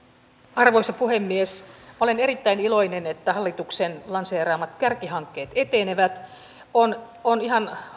arvoisa puhemies olen erittäin iloinen että hallituksen lanseeraamat kärkihankkeet etenevät on on ihan